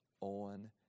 on